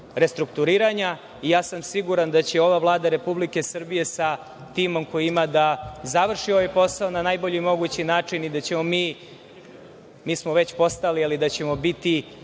restrukturiranja i siguran sam da će ova Vlada Republike Srbije, sa timom koji ima, da završi ovaj posao na najbolji mogući način i da ćemo mi, mi smo već postali, ali da ćemo biti